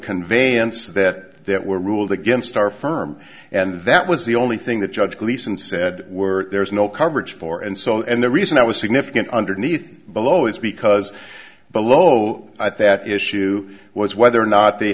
conveyance that were ruled against our firm and that was the only thing that judge gleason said were there is no coverage for and so and the reason i was significant underneath below is because below i thought that issue was whether or not they